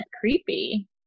creepy